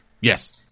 Yes